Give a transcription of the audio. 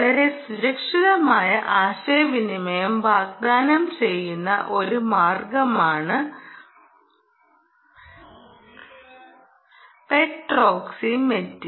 വളരെ സുരക്ഷിതമായ ആശയവിനിമയം വാഗ്ദാനം ചെയ്യുന്ന ഒരു മാർഗ്ഗമാണ് പ്രോക്സിമിറ്റി